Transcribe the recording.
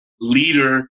leader